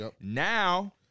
Now